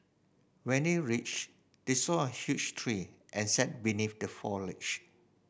when they reached they saw a huge tree and sat beneath the foliage